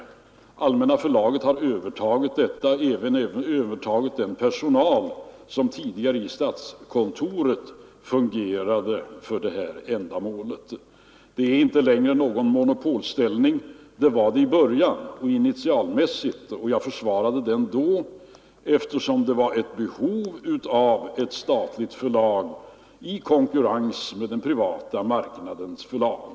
Allmänna förlaget har övertagit denna uppgift och även övertagit den personal som tidigare i statskontoret fungerade för detta ändamål. Det är inte längre fråga om någon monopolställning. Det var det i början — initialmässigt — och jag försvarade den då, eftersom det fanns ett behov av ett statligt förlag i konkurrens med den privata marknadens förlag.